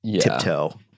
tiptoe